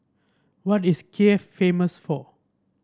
what is Kiev famous for